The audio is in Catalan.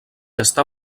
està